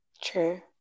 True